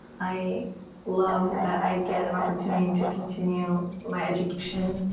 i love that i get an opportunity to continue my education